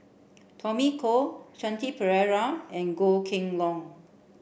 Tommy Koh Shanti Pereira and Goh Kheng Long